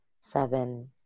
seven